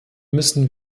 müssen